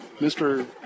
Mr